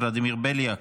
ולדימיר בליאק,